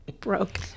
Broke